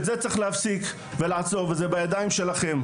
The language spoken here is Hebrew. את זה צריך להפסיק ולעצור וזה בידיים שלכם,